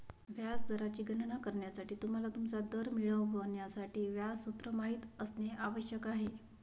व्याज दराची गणना करण्यासाठी, तुम्हाला तुमचा दर मिळवण्यासाठी व्याज सूत्र माहित असणे आवश्यक आहे